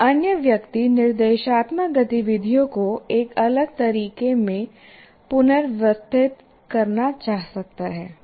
एक अन्य व्यक्ति निर्देशात्मक गतिविधियों को एक अलग तरीका में पुनर्व्यवस्थित करना चाह सकता है